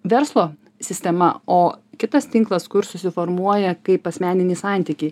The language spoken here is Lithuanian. verslo sistema o kitas tinklas kur susiformuoja kaip asmeniniai santykiai